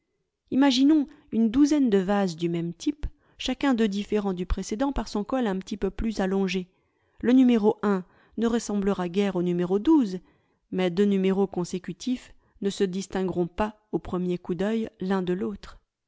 imaginons une douzaine de vases du même type chacun d'eux différant du précédent par son col un petit peu plus allongé le numéro ne ressemblera guère au numéro mais deux numé ros consécutifs ne se disling ueront pas au premier coup d'oeil l'un de l'autre